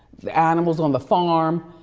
the animals on the farm,